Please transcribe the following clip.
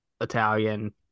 Italian